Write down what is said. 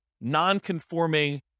non-conforming